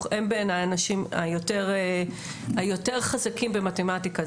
הם בעיניי האנשים היותר חזקים במתמטיקה,